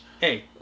Hey